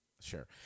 Sure